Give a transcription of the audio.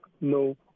no